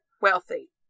Wealthy